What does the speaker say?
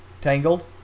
Tangled